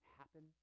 happen